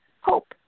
hope